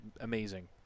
amazing